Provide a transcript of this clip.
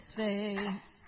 face